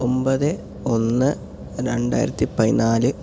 ഒൻപത് ഒന്ന് രണ്ടായിരത്തി പതിനാല്